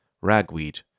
ragweed